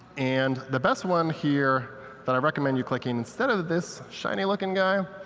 and the best one here that i recommend you clicking, instead of this shiny-looking guy,